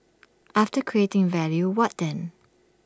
after creating value what then